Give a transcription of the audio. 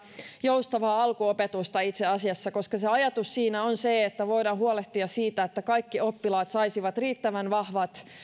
joustavaa alkuopetusta koska ajatus siinä on se että voidaan huolehtia siitä että kaikki oppilaat saisivat riittävän vahvat